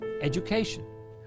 Education